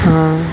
हा